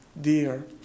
dear